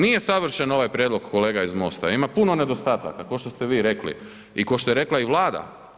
Nije savršen ovaj prijedlog, kolega iz MOST-a, ima puno nedostataka, kao što ste vi rekli i kao što rekla i Vlada.